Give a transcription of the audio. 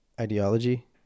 ideology